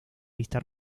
lista